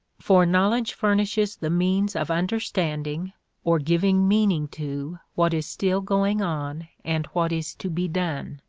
for knowledge furnishes the means of understanding or giving meaning to what is still going on and what is to be done.